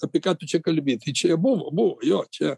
apie ką tu čia kalbi tai čia jau buvo buvo jo čia